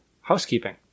housekeeping